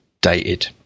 dated